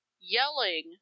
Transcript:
yelling